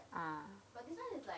ah